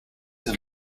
have